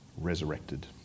resurrected